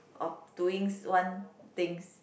of doing one things